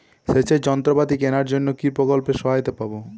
সেচের যন্ত্রপাতি কেনার জন্য কি প্রকল্পে সহায়তা পাব?